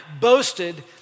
boasted